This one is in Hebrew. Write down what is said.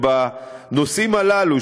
בנושאים הללו,